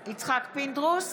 פינדרוס,